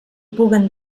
puguen